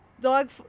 dog